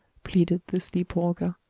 pleaded the sleep-walker.